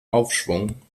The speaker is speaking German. aufschwung